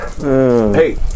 Hey